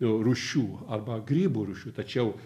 rūšių arba grybų rūšių tačiau